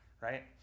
right